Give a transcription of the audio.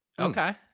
Okay